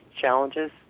challenges